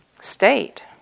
state